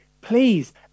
please